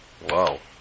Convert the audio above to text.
Wow